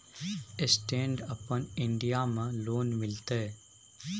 Stand अपन India में loan मिलते?